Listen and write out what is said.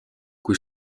kui